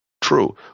true